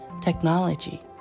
technology